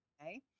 okay